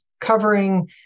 covering